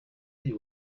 uyu